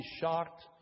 shocked